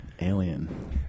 alien